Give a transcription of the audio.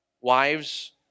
Wives